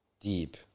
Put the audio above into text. Deep